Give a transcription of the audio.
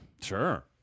Sure